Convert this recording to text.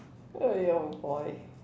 oh boy